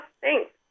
Thanks